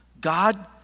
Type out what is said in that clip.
God